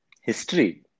History